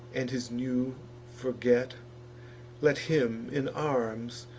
and his new forget let him, in arms,